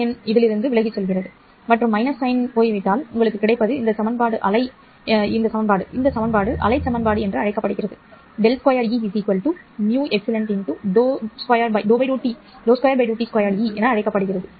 -sign விலகிச் செல்கிறது மற்றும் -sign போய்விடும் உங்களுக்கு கிடைப்பது இந்த சமன்பாடு அலை சமன்பாடு ∇2Ē με ∂2 ́E ∂t2 என அழைக்கப்படுகிறது